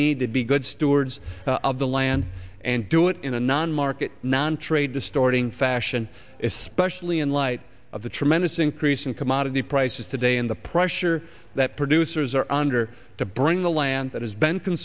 need to be good stewards of the land and do it in a non market non trade distorting fashion especially in light of the tremendous increase in commodity prices today and the pressure that producers are under to bring the land that has been